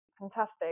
Fantastic